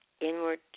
inward